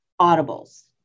audibles